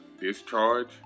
Discharge